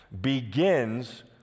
begins